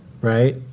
right